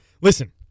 Listen